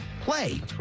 play